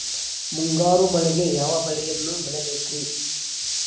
ಮುಂಗಾರು ಮಳೆಗೆ ಯಾವ ಬೆಳೆಯನ್ನು ಬೆಳಿಬೇಕ್ರಿ?